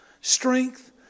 strength